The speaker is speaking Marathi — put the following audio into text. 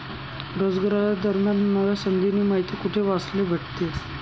रोजगारन्या नव्या संधीस्नी माहिती कोठे वाचले भेटतीन?